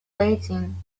waiting